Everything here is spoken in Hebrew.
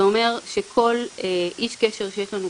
זה אומר שכל איש קשר שיש לנו,